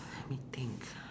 let me think